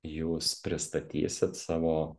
jūs pristatysit savo